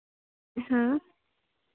हाँ